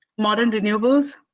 modern renewables.